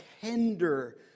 tender